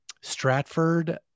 Stratford